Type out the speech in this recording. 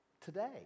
today